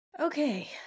Okay